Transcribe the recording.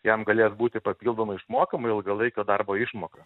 jam galės būti papildomai išmokama ilgalaikio darbo išmoka